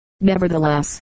Nevertheless